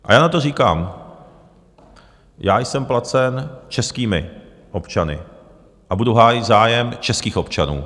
A já na to říkám, já jsem placen českými občany a budu hájit zájem českých občanů.